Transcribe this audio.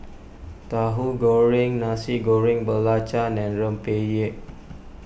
Tauhu Goreng Nasi Goreng Belacan and Rempeyek